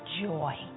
joy